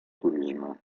turisme